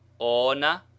ona